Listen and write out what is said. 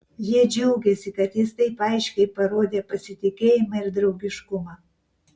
jie džiaugėsi kad jis taip aiškiai parodė pasitikėjimą ir draugiškumą